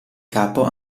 capo